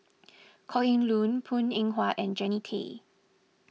Kok Heng Leun Png Eng Huat and Jannie Tay